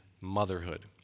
motherhood